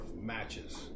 matches